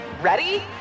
Ready